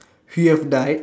you have died